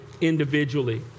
individually